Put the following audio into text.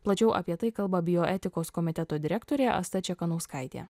plačiau apie tai kalba bioetikos komiteto direktorė asta čekanauskaitė